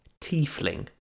tiefling